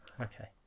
okay